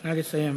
נא לסיים.